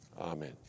Amen